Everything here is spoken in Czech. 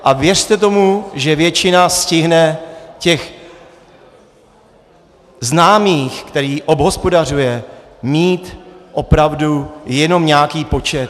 A věřte tomu, že většina stihne těch známých, které obhospodařuje, mít opravdu jenom nějaký počet.